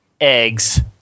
eggs